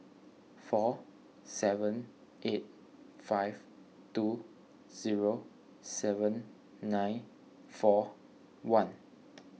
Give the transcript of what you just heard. four seven eight five two zero seven nine four one